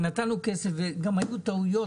נתנו כסף וגם היו טעויות,